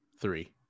Three